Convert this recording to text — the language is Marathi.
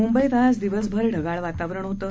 मुंबईत आज दिवसभर ढगाळ वातावरण होतं